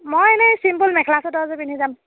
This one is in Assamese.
মই এনেই চিম্পুল মেখেলা চাদৰ এযোৰ পিন্ধি যাম